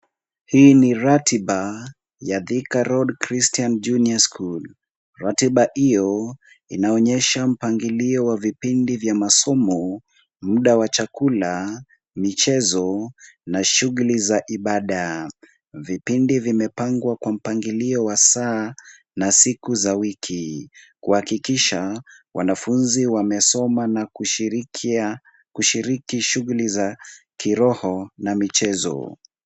Hii ni ratiba ya Thika Road Christian Junior School. Ratiba iyo inaonyesha mpangilio wa vipindi vya masomo, muda wa chakula, michezo na shughuli za ibada. Vipindi vimepangwa kwa mpangilio wa saa na siku za wiki kuhakikisha wanafunzi wamesoma na kushiriki shughuli za kiroho na michezo.